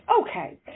Okay